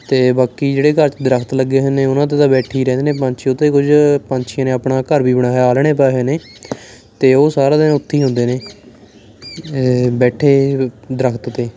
ਅਤੇ ਬਾਕੀ ਜਿਹੜੇ ਘਰ 'ਚ ਦਰੱਖਤ ਲੱਗੇ ਹੋਏ ਨੇ ਉਹਨਾਂ 'ਤੇ ਤਾਂ ਬੈਠੇ ਹੀ ਰਹਿੰਦੇ ਨੇ ਪੰਛੀ ਉਸ 'ਤੇ ਕੁਝ ਪੰਛੀਆਂ ਨੇ ਆਪਣਾ ਘਰ ਵੀ ਬਣਾਇਆ ਆਲ੍ਹਣੇ ਪਾਏ ਹੋਏ ਨੇ ਅਤੇ ਉਹ ਸਾਰਾ ਦਿਨ ਉੱਥੇ ਹੀ ਹੁੰਦੇ ਨੇ ਬੈਠੇ ਦਰੱਖਤ 'ਤੇ